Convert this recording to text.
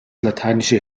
lateinische